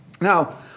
Now